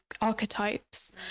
archetypes